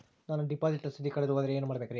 ನಾನು ಡಿಪಾಸಿಟ್ ರಸೇದಿ ಕಳೆದುಹೋದರೆ ಏನು ಮಾಡಬೇಕ್ರಿ?